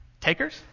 Takers